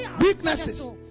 weaknesses